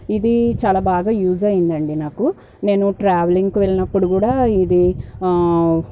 ఇది చాలా బాగా యూజ్ అయిందండి నాకు నేను ట్రావెలింగ్కి వెళ్ళినప్పుడు కూడా ఇది